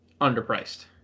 underpriced